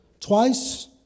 Twice